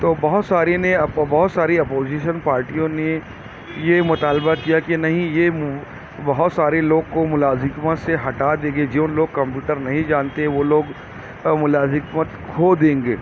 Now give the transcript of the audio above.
تو بہت ساری نے تو بہت سارے نے اپ بہت ساری اپوزیشن پارٹیوں نے یہ مطالبہ کیا کہ نہیں یہ بہت سارے لوگ کو ملازمت سے ہٹا دے گی جو لوگ کمپیوٹر نہیں جانتے وہ لوگ ملازمت کھو دیں گے